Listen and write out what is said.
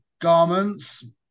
garments